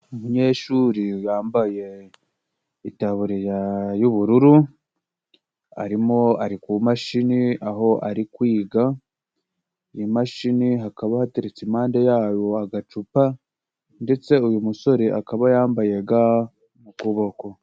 Umunyeshuri wambaye itaburiya y'ubururu, arimo ari ku mashini aho ari kwiga. Imashini hakaba hateretse impande yayo agacupa, ndetse uyu musore akaba yambaye ga mu kuboko.